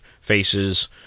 faces